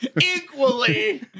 Equally